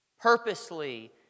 purposely